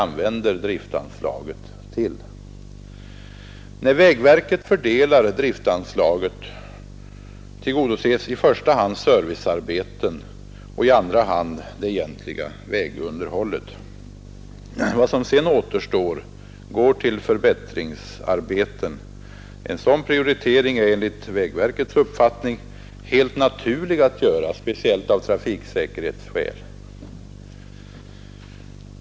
När vägverket fördelar driftanslaget tillgodoses i första hand servicearbeten och i andra hand det egentliga vägunderhållet. Vad som därefter återstår går till förbättringsarbeten. En sådan prioritering är enligt vägverket helt naturlig att göra, speciellt av trafiksäkerhetsskäl.